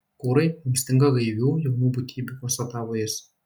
kūrai mums stinga gaivių jaunų būtybių konstatavo jis